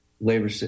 labor